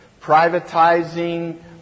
privatizing